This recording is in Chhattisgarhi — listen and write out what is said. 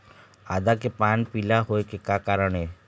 आदा के पान पिला होय के का कारण ये?